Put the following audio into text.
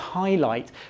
highlight